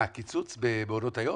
מה, קיצוץ במעונות היום?